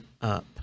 up